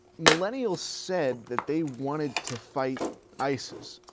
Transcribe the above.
millennials said that they wanted to fight isis,